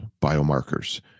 biomarkers